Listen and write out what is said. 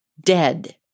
dead